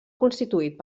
constituït